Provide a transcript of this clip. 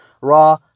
raw